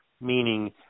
meaning